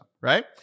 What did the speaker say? right